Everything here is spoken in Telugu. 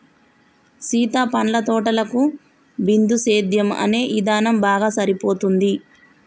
సీత పండ్ల తోటలకు బిందుసేద్యం అనే ఇధానం బాగా సరిపోతుంది